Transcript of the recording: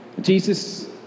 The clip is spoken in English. jesus